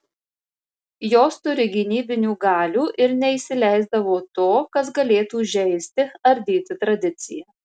jos turi gynybinių galių ir neįsileisdavo to kas galėtų žeisti ardyti tradiciją